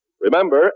Remember